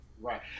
Right